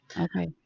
Okay